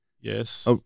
Yes